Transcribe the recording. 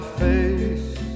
face